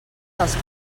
dels